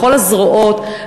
לכל הזרועות,